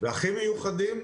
והכי מיוחדים,